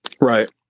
right